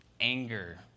anger